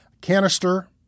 canister